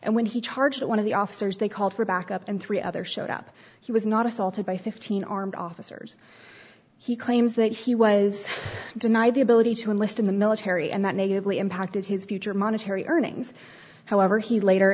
and when he charged one of the officers they called for backup and three others showed up he was not assaulted by fifteen armed officers he claims that he was denied the ability to enlist in the military and that negatively impacted his future monetary earnings however he later